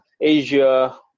Asia